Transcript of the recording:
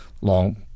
long